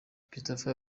christopher